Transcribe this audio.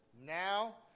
now